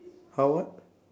how what